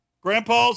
Grandpa's